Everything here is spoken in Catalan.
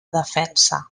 defensa